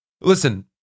Listen